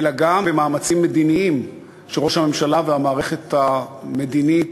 אלא גם במאמצים מדיניים שראש הממשלה והמערכת המדינית,